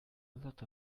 lot